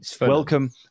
welcome